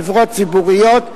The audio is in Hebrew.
חברות ציבוריות,